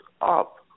up